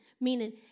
meaning